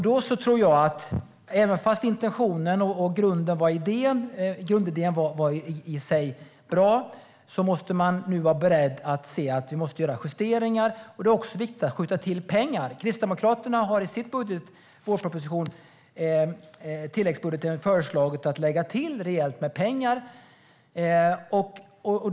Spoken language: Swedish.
Då tror jag att även om intentionen och grundidén i sig var bra så måste man nu vara beredd att göra justeringar. Det är också viktigt att skjuta till pengar. Kristdemokraterna har i vår vårproposition, i tilläggsbudgeten, föreslagit att man lägger till rejält med pengar.